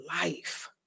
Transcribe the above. life